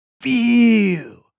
feel